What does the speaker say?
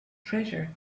treasure